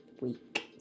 Week